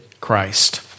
Christ